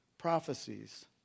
prophecies